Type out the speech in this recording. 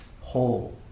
whole